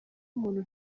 umuntu